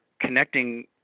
connecting